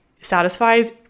satisfies